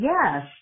Yes